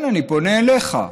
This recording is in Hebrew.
כן, אני פונה אליך.